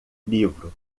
livro